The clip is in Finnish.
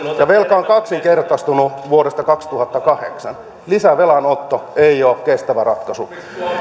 ja velka on kaksinkertaistunut vuodesta kaksituhattakahdeksan lisävelanotto ei ole kestävä ratkaisu